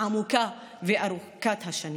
העמוקה וארוכת השנים.